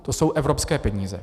To jsou evropské peníze.